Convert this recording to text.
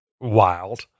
Wild